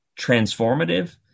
transformative